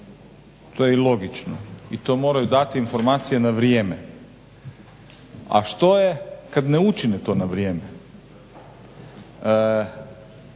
To je i logično i to moraju dati informacije na vrijeme. A što je kad ne učine to na vrijeme?